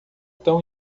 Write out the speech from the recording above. tão